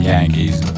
Yankees